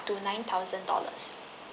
to nine thousand dollars